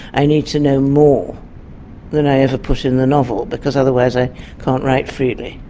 i need to know more than i ever put in the novel because otherwise i can't write freely.